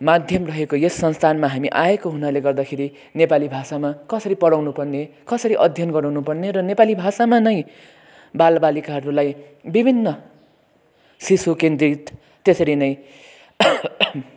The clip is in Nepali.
माध्यम रहेको यस संस्थानमा हामी आएको हुनाले गर्दाखेरि नेपाली भाषामा कसरी पढाउनुपर्ने कसरी अध्ययन गराउनुपर्ने र नेपाली भाषामा नै बाल बालिकाहरूलाई विभिन्न शिशुकेन्द्रित त्यसरी नै